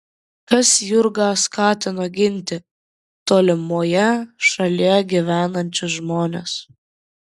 kas jurgą skatino ginti tolimoje šalyje gyvenančius žmones